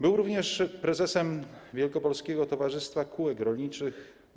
Był również prezesem Wielkopolskiego Towarzystwa Kółek Rolniczych.